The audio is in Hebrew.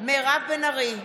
מירב בן ארי,